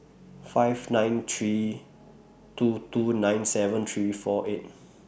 five nine three two two nine seven three four eight